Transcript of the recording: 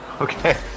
Okay